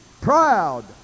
proud